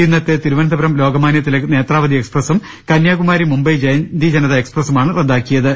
ഇന്നത്തെ തിരുവനന്തപുരം ലോകമാന്യതിലക് നേത്രാവതി എക്സ്പ്രസ്സും കന്യാകുമാരി മുംബൈ ജയന്തി ജനത എക്സ്പ്രസ്സുമാണ് റദ്ദാക്കിയത്